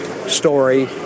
Story